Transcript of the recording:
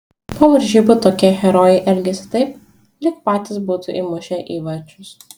po varžybų tokie herojai elgiasi taip lyg patys būtų įmušę įvarčius